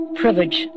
privilege